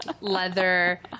leather